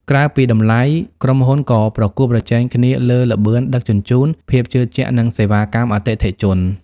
ក្រៅពីតម្លៃ ក្រុមហ៊ុនក៏ប្រកួតប្រជែងគ្នាលើល្បឿនដឹកជញ្ជូន ភាពជឿជាក់ និងសេវាកម្មអតិថិជន។